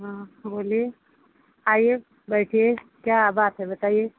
बोलिए आइए बैठिए क्या बात है बताइये